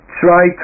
try